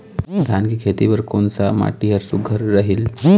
धान के खेती बर कोन सा माटी हर सुघ्घर रहेल?